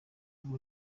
abo